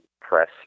press